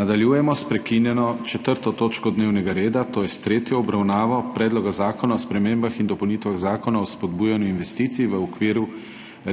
Nadaljujemo s prekinjeno 4. točko dnevnega reda - tretja obravnava Predloga zakona o spremembah in dopolnitvah Zakona o spodbujanju investicij, v okviru